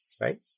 right